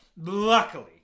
Luckily